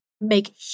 make